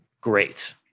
great